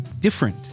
different